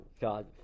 God